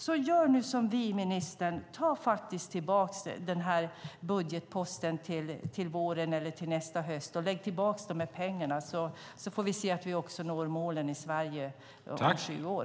Så gör nu som vi föreslår, ministern, och lägg tillbaka de här pengarna till våren eller till nästa höst, så får vi se att vi når målen i Sverige om sju år.